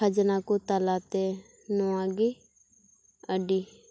ᱠᱷᱟᱡᱽᱱᱟ ᱠᱚ ᱛᱟᱞᱟᱛᱮ ᱱᱚᱣᱟ ᱜᱤ ᱟᱹᱰᱤ